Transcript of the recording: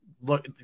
look